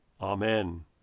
Amen